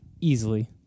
easily